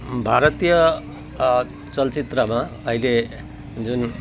भारतीय चलचित्रमा अहिले जुन